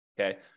okay